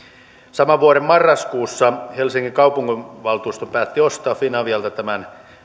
saman vuoden marraskuussa helsingin kaupunginvaltuusto päätti ostaa finavialta